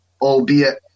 albeit